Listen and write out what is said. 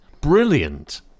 Brilliant